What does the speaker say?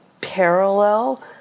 parallel